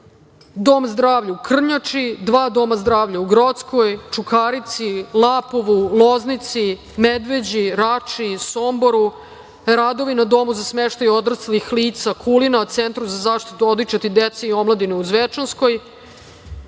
Dom zdravlja u Krnjači, dva doma zdravlja u Grockoj, Čukarici, Lapovu, Loznici, Medveđi, Rači, Somboru, radovi na „Domu za smeštaj odraslih lica“ Kulina, „Centru za zaštitu odojčadi, dece i omladine“ u Zvečanskoj,